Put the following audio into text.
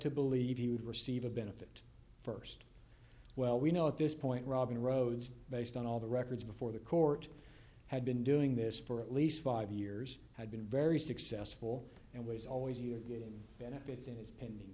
to believe he would receive a benefit st well we know at this point robin rhodes based on all the records before the court had been doing this for at least five years had been very successful and ways always you're getting benefits in his p